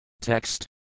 Text